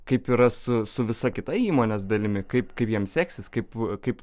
kaip yra su su visa kita įmonės dalimi kaip kaip jiem seksis kaip kaip